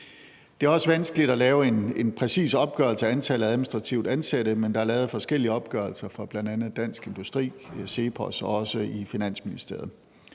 Det er vanskeligt at lave en præcis opgørelse af antallet af administrativt ansatte, men der er lavet forskellige opgørelser fra bl.a. Dansk Industri, CEPOS og også i Finansministeriet.